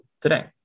today